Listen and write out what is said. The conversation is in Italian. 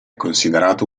considerato